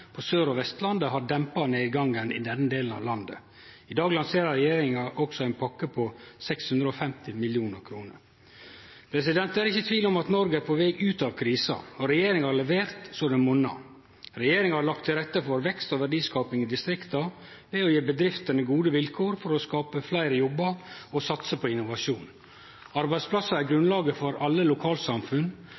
på Sør- og Vestlandet har dempa nedgangen i denne delen av landet. I dag lanserer regjeringa også ei pakke på 650 mill. kr. Det er ikkje tvil om at Noreg er på veg ut av krisa, og regjeringa har levert så det monar. Regjeringa har lagt til rette for vekst og verdiskaping i distrikta ved å gje bedriftene gode vilkår for å skape fleire jobbar og satse på innovasjon. Arbeidsplassar er grunnlaget for alle lokalsamfunn.